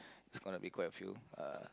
it's going be quite a few uh